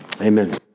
Amen